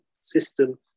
system